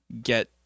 get